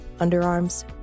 underarms